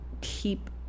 keep